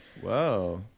Whoa